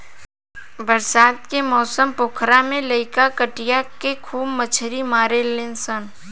बरसात के मौसम पोखरा में लईका कटिया से खूब मछली मारेलसन